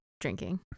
drinking